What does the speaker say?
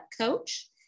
Coach